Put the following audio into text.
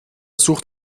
sucht